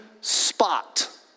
spot